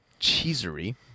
cheesery